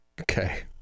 Okay